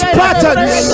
patterns